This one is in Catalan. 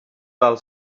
val